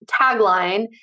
tagline